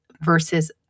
versus